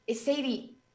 Sadie